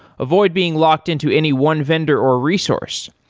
avoid being locked-in to any one vendor or resource.